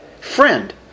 friend